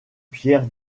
pierre